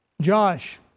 Josh